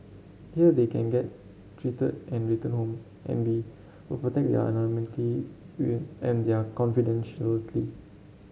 here they can get treated and return home and we will protect their anonymity and their